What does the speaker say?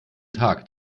tag